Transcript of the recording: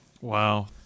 Wow